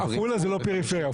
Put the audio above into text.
עפולה היא לא פריפריה.